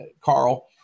Carl